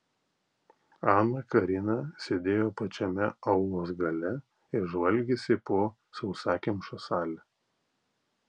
ana karina sėdėjo pačiame aulos gale ir žvalgėsi po sausakimšą salę